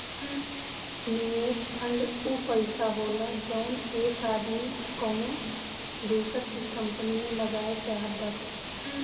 निवेस फ़ंड ऊ पइसा होला जउन एक आदमी कउनो दूसर की कंपनी मे लगाए चाहत बाटे